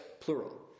plural